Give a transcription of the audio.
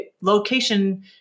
location